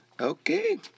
Okay